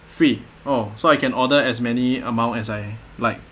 free oh so I can order as many amount as I like